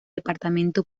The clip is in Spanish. departamento